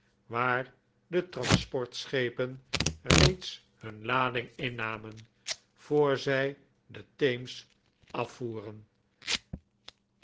waar de transportschepen reeds hun lading innamen voor zij de thames afvoeren